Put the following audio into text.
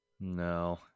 no